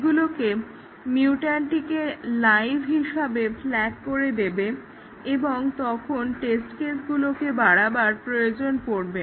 এগুলো মিউট্যান্টটিকে লাইভ হিসাবে ফ্ল্যাগ করে দেবে এবং তখন টেস্ট কেসগুলোকে বাড়ানোর প্রয়োজন পড়বে